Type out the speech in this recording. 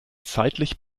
zeitlich